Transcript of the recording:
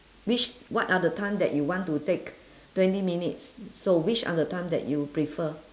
which what are the time that you want to take twenty minutes so which are the time that you prefer